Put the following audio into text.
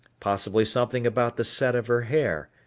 possibly something about the set of her hair,